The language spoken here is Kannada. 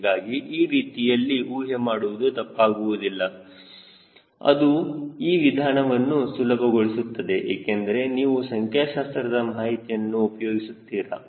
ಹೀಗಾಗಿ ಈ ರೀತಿಯಲ್ಲಿ ಊಹೆ ಮಾಡುವುದು ತಪ್ಪಾಗುವುದಿಲ್ಲ ಅದು ಈ ವಿಧಾನವನ್ನು ಸುಲಭಗೊಳಿಸುತ್ತದೆ ಏಕೆಂದರೆ ನೀವು ಸಂಖ್ಯಾಶಾಸ್ತ್ರದ ಮಾಹಿತಿಯನ್ನು ಉಪಯೋಗಿಸುತ್ತೀರಾ